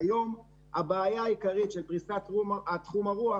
היום הבעיה העיקרית של פריסת תחום הרוח